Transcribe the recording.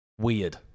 weird